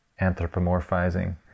anthropomorphizing